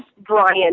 Brian